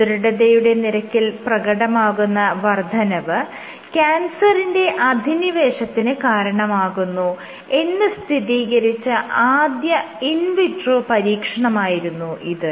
ദൃഢതയുടെ നിരക്കിൽ പ്രകടമാകുന്ന വർദ്ധനവ് ക്യാൻസറിന്റെ അധിനിവേശത്തിന് കാരണമാകുന്നു എന്ന് സ്ഥിതീകരിച്ച ആദ്യ ഇൻ വിട്രോ പരീക്ഷണമായിരുന്നു ഇത്